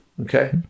Okay